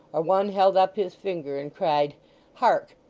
or one held up his finger and cried hark!